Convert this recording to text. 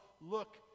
look